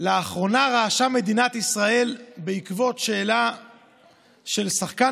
לאחרונה רעשה מדינת ישראל בעקבות שאלה של שחקן